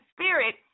spirit